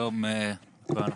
שלום לכל הנוכחים.